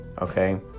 okay